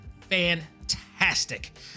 fantastic